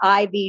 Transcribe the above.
IV